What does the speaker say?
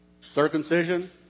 Circumcision